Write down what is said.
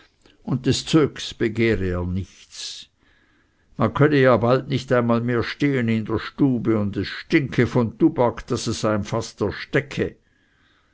und des zöks begehre er nichts man könne ja bald nicht einmal stehen in der stube und es stinke von tubak daß es eim fast erstecke